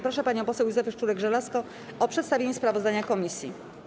Proszę panią poseł Józefę Szczurek-Żelazko o przedstawienie sprawozdania komisji.